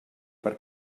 per